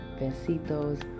Besitos